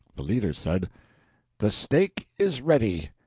the leader said the stake is ready.